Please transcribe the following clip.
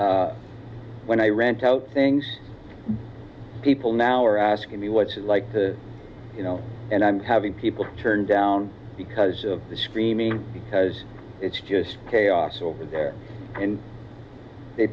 and when i rent out things people now are asking me what's it like to you know and i'm having people turn down because of the screaming because it's just chaos over there and they